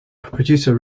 producer